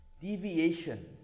Deviation